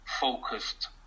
focused